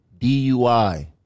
DUI